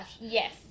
Yes